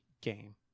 game